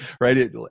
right